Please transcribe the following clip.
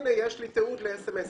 הנה יש לי תיעוד לסמס,